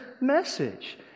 message